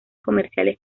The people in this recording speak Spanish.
comerciales